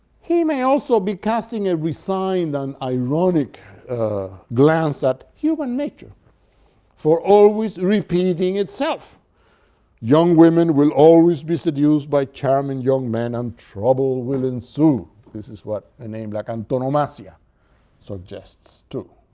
he may also be casting a resigned and ironic glance at human nature for always repeating itself young women will always be seduced by charming young men and trouble will ensue. this is what a name like antonomasia suggests, too.